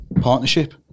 partnership